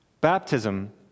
Baptism